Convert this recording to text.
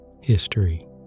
History